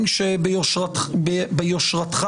הגיבה ש"חברת הכנסת אלהרר יושבת בוועדה על סטטוס של כלבה נרגנת.